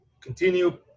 continue